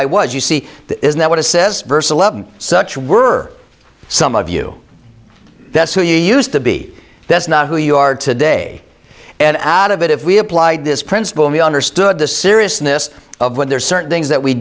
i was you see isn't that what it says verse eleven such were some of you that's who you used to be that's not who you are today and out of it if we applied this principle we understood the seriousness of what there's certain things that we